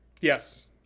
yes